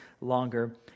longer